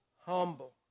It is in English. humble